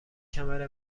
کمر